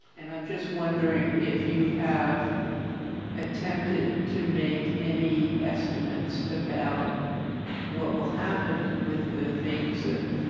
and i am just wondering if you have attempted to make any estimates about what will happen with the things that